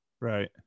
Right